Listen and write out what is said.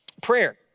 Prayer